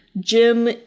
Jim